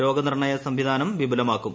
രോഗ നിർണയ സംവിധാനം വിപുലമാക്കും